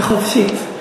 וחופשית.